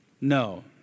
No